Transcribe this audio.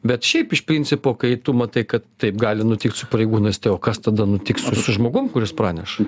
bet šiaip iš principo kai tu matai kad taip gali nutikt su pareigūnais tai o kas tada nutiks su su žmogum kuris praneša